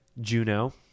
Juno